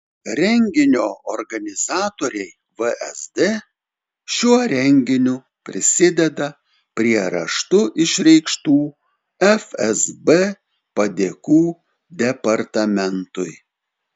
renginio organizatoriai vsd šiuo renginiu prisideda prie raštu išreikštų fsb padėkų departamentui